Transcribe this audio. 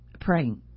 praying